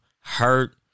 hurt